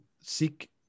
seek